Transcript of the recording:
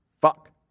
Fuck